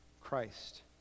Christ